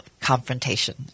confrontation